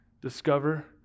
Discover